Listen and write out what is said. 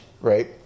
right